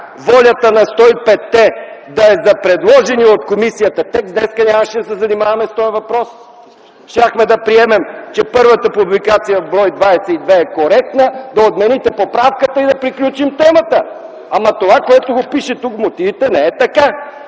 волята на 105-те да е за предложения от комисията текст, днес нямаше да се занимаваме с този въпрос, щяхме да приемем, че първата публикация в бр. 22 е коректна, да отмените поправката и да приключим с темата. Ама това, което пишете в мотивите, не е така.